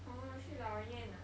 oh 去老人院 ah